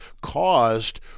caused